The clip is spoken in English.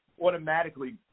automatically